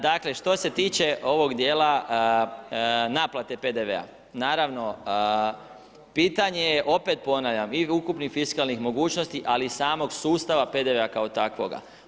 Dakle što se tiče ovog djela naplate PDV-a, naravno pitanje je, opet ponavljam, i ukupnih fiskalnih mogućnosti ali i samog sustava PDV-a kao takvoga.